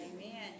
Amen